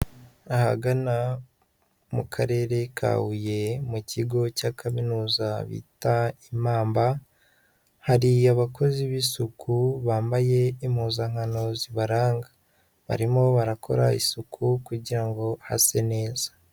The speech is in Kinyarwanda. Ahagana mu karere ka Huye mu kigo cya kaminuza bita Imamba, hari abakozi b'isuku bambaye impuzankano zibaranga barimo barakora isuku kugira ngo hase neza.